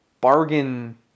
bargain